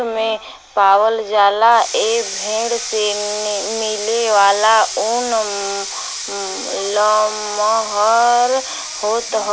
चांगथांगी भेड़ के लद्दाख में पावला जाला ए भेड़ से मिलेवाला ऊन लमहर होत हउवे